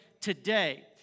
today